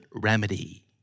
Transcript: remedy